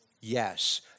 Yes